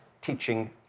teaching